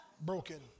broken